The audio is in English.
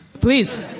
Please